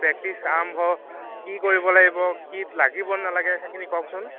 practice আৰম্ভ কি কৰিব লাগিব কি লাগিবনে নালাগে সেইখিনি কওকচোন